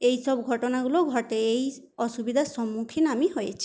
এইসব ঘটনাগুলো ঘটে এই অসুবিধার সম্মুখীন আমি হয়েছি